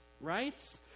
right